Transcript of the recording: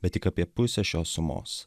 bet tik apie pusę šios sumos